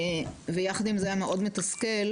ויחד עם זה המאוד מתסכל,